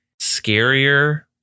scarier